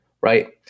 right